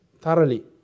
thoroughly